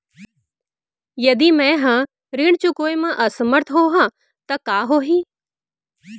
यदि मैं ह ऋण चुकोय म असमर्थ होहा त का होही?